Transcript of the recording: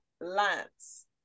Lance